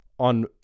On